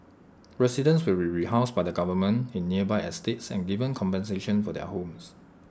residents will be rehoused by the government in nearby estates and given compensation for their homes